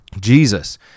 Jesus